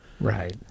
Right